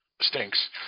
stinks